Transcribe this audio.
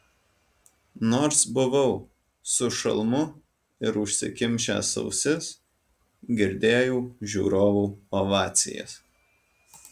nors buvau su šalmu ir užsikimšęs ausis girdėjau žiūrovų ovacijas